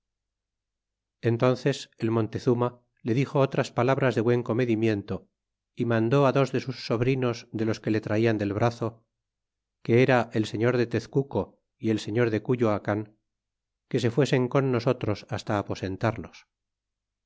entúnces el monte zuma le dixo otras palabras de buen comedimiento ó mandó dos de sus sobrinos de los que le traian del brazo que era el señor de tezcuco y el señor de cuyoacan que se fuesen con nosotros hasta aposentarnos y